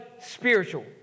spiritual